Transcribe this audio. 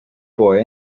boy